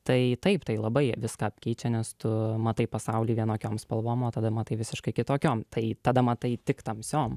tai taip tai labai viską apkeičia nes tu matai pasaulį vienokioms spalvom o tada matai visiškai kitokiom tai tada matai tik tamsiom